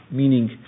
meaning